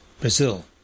Brazil